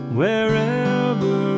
wherever